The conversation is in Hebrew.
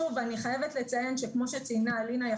אני חייבת לציין כמו שציינה אלינה,